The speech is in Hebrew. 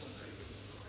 צריך להרחיק.